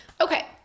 okay